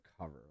cover